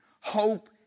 Hope